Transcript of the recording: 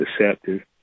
deceptive